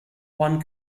one